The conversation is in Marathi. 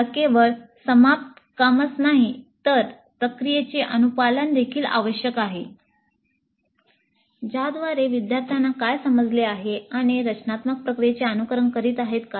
आम्हाला केवळ समाप्त कामच नाही तर प्रक्रियेचे अनुपालन देखील आवश्यक आहे ज्याद्वारे विद्यार्थ्यांना काय समजले आहे आणि रचनात्मक प्रक्रियेचे अनुसरण कसे करीत आहेत